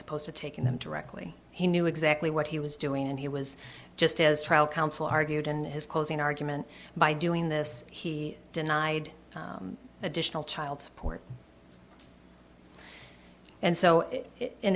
opposed to taking them directly he knew exactly what he was doing and he was just as trial counsel argued in his closing argument by doing this he denied additional child support and so in